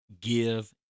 give